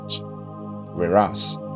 whereas